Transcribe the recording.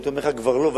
והייתי אומר לך שכבר לא,